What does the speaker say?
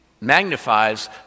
magnifies